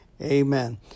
Amen